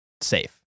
safe